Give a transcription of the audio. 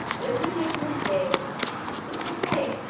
if you make a mistake it's okay.